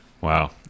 Wow